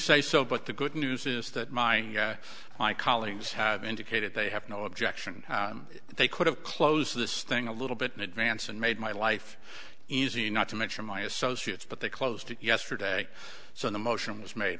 say so but the good news is that my my colleagues have indicated they have no objection they could have closed this thing a little bit in advance and made my life easier not to mention my associates but they closed it yesterday so the motion was made